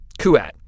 Kuat